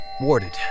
Warded